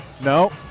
No